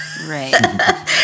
Right